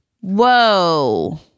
Whoa